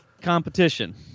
competition